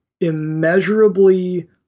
immeasurably